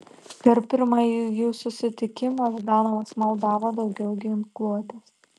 per pirmąjį jų susitikimą ždanovas maldavo daugiau ginkluotės